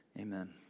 Amen